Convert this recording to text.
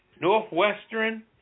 Northwestern